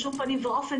בשום פנים ואופן,